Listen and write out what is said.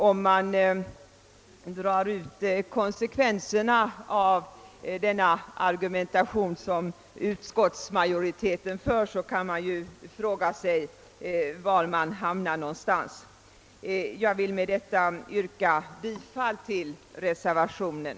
Jag frågar mig var man hamnar om man drar ut konsekvenserna av utskottsmajoritetens argumentation. Med dessa ord yrkar jag, herr talman, bifall till reservationen.